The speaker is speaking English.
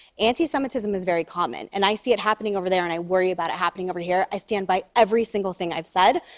anti-semitism is very common. and i see it happening over there, and i worry about it happening over here. i stand by every single thing i've said.